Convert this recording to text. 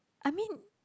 I mean